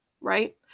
right